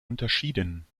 unterschieden